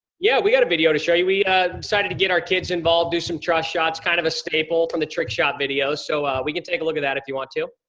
yeah, we got a video to show you. we decided to get our kids involved, do some trust shots, kind of a staple from the trick-shot video. so we can take a look at that if you want to.